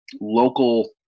local